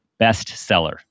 bestseller